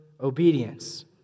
obedience